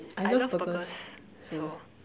I love burgers so